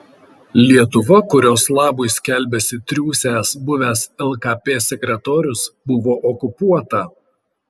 lietuva kurios labui skelbiasi triūsęs buvęs lkp sekretorius buvo okupuota